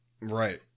Right